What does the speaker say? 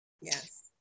Yes